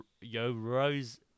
Yo-Rose